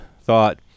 thought